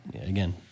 again